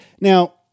Now